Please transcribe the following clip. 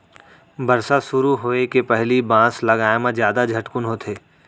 बरसा सुरू होए के पहिली बांस लगाए म जादा झटकुन होथे